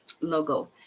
logo